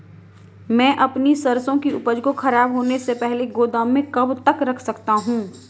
मैं अपनी सरसों की उपज को खराब होने से पहले गोदाम में कब तक रख सकता हूँ?